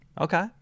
Okay